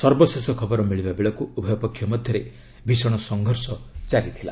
ସର୍ବଶେଷ ଖବର ମିଳିବା ବେଳକୁ ଉଭୟ ପକ୍ଷ ମଧ୍ୟରେ ଭିଷଣ ସଂଘର୍ଷ ଜାରି ଥିଲା